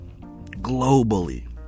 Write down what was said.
globally